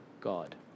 God